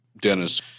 Dennis